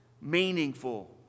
meaningful